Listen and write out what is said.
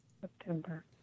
September